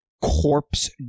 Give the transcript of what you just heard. corpse